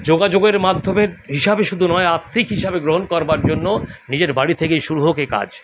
যোগাযোগের মাধ্যমের হিসাবে শুধু নয় আর্থিক হিসাবে গ্রহণ করবার জন্য নিজের বাড়ি থেকেই শুরু হোক এ কাজ